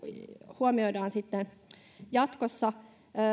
huomioidaan sitten jatkossa